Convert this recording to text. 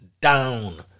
down